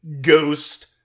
Ghost